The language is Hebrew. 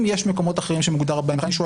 מקומות אחרים שמוגדר בהם לכן אני שואל,